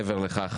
מעבר לכך